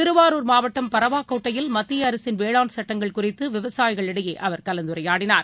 திருவாரூர் மாவட்டம் பரவாக்கோட்டையில் மத்தியஅரசின் வேளாண் சட்டங்கள் குறித்துவிவசாயிகளிடையேஅவர் கலந்துரையாடினார்